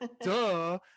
duh